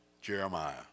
Jeremiah